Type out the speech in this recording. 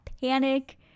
panic